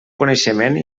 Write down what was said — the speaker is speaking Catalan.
coneixement